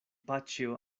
paĉjo